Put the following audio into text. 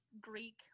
Greek